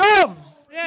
doves